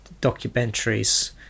documentaries